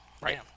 Right